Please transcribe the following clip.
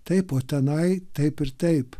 taip o tenai taip ir taip